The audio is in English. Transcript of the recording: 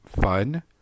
fun